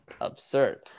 absurd